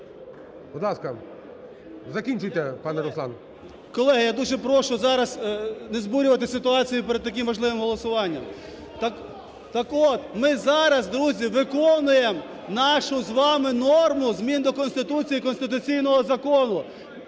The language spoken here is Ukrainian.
Будь ласка, закінчуйте, пане Руслан. КНЯЗЕВИЧ Р.П. Колеги, я дуже прошу зараз не збурювати ситуацію перед таким важливим голосуванням. Так от, ми зараз, друзі, виконуємо нашу з вами норму змін до Конституції і конституційного закону.